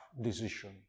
decision